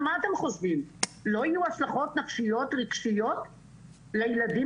אתם חושבים שלא יהיו השלכות נפשיות רגשיות לילדים